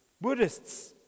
Buddhists